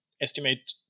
estimate